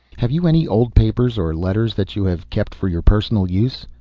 have you any old papers or letters that you have kept for your personal use?